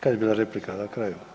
Kad je bila replika, na kraju?